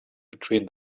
between